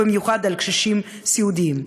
במיוחד על קשישים סיעודיים.